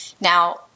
Now